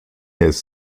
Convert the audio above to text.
has